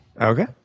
Okay